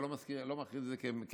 אבל אני לא מגדיר אותה כמלכות,